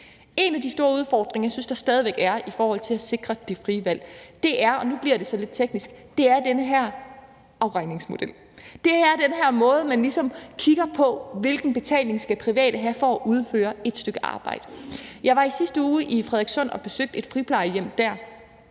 En af de store udfordringer, jeg synes der stadig væk er i forhold til at sikre det frie valg – og nu bliver det så lidt teknisk – er den her afregningsmodel. Det er den her måde, hvorpå man ligesom kigger på, hvilken betaling private skal have for at udføre et stykke arbejde. Jeg var i sidste uge i Frederikssund og besøgte et friplejehjem der.